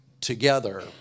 together